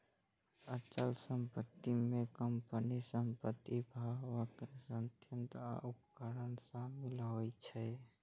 अचल संपत्ति मे कंपनीक संपत्ति, भवन, संयंत्र आ उपकरण शामिल रहै छै